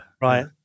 right